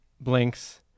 blinks